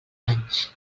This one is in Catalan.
anys